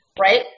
right